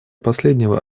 последнего